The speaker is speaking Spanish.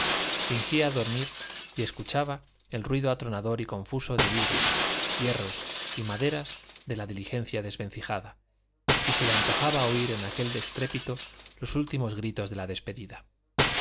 ojos fingía dormir y escuchaba el ruido atronador y confuso de vidrios hierro y madera de la diligencia desvencijada y se le antojaba oír en aquel estrépito los últimos gritos de la despedida